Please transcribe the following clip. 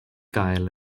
gael